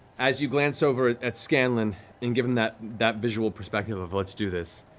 as you glance over at scanlan and give him that that visual perspective of, let's do this,